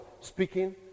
speaking